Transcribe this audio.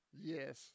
Yes